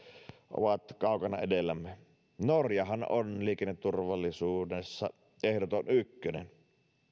ovat kaukana edellämme norjahan on liikenneturvallisuudessa ehdoton ykkönen